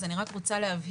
אז אני רק רוצה להבהיר.